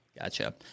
Gotcha